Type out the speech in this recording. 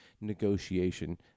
negotiation